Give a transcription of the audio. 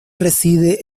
reside